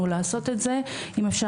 הכוונה